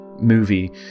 movie